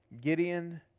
Gideon